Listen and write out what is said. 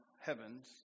heavens